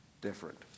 different